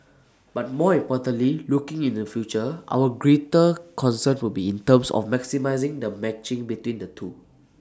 but more importantly looking in the future our greater concern will be in terms of maximising the matching between the two